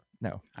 no